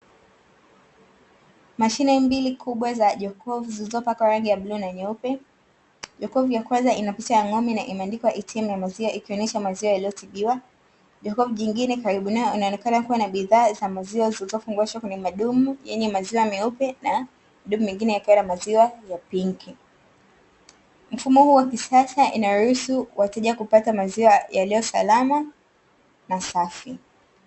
Mashine mbili kubwa za jokofu, zilizopakwa rangi ya bluu na nyeupe, jokofu ya kwanza ina picha ya ng'ombe na imeandikwa "ATM YA MAZIWA", ikionyesha maziwa yaliyotibiwa, jokofu lingine karibu nayo inaonekana kuwa na bidhaa za maziwa zilizofungashwa kwenye madumu yenye maziwa meupe, na madumu mengine yakiwa na maziwa ya pinki, mfumo huu wa kisasa unaruhusu wateja kupata maziwa salama na safi.